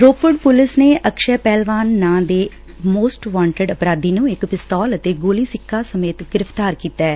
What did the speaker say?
Ropar police ਨੇ ਅਕਸ਼ੈ ਪਹਿਲਵਾਨ ਨਾਂ ਦੇ ਮੋਸਟ ਵਾਨਟਡ ਅਪਰਾਧੀ ਨੇ ਇਕ ਪਿਸਤੌਲ ਅਤੇ ਗੋਲੀ ਸਿੱਕਾ ਸਮੇਤ ਗ੍ਰਿਫ਼ਤਾਰ ਕੀਤੈ